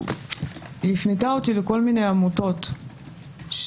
היא הפנתה אותי לכל מיני עמותות שמטפלות